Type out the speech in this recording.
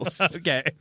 Okay